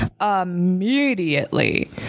immediately